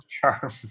charm